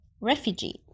refugee